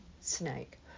snake